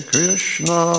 Krishna